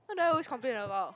who knows complain about